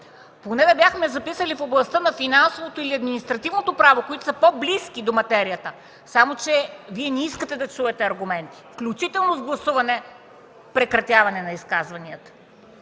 поне да бяхме записали „в областта на финансовото или административното право”, които са по-близки до материята. Само че Вие не искате да чуете аргументи, включително с гласуване на прекратяване на изказванията.